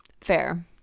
Fair